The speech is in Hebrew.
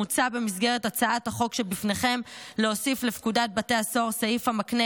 מוצע במסגרת הצעת החוק שבפניכם להוסיף לפקודת בתי הסוהר סעיף המקנה